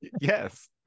Yes